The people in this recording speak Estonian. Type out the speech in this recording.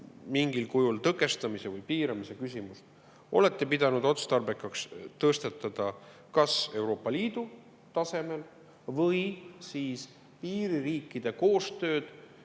võimalikku tõkestamise või piiramise küsimust olete pidanud otstarbekaks tõstatada kas Euroopa Liidu tasemel või piiririikide koostöös?